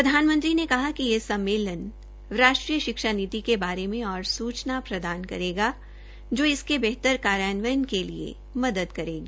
प्रधानमंत्री ने कहा कि यह सम्मेलन राष्ट्रीय शिक्षा नीति के बारे में और सूचना प्रदान करेगा जो इसके बेहतर कार्यान्वयन के लिए मदद करेगी